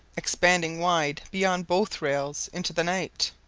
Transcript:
expanding wide, beyond both rails, into the night.